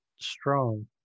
strong